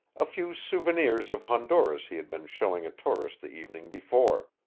a few souvenirs of honduras he had been showing a tourist the evening before.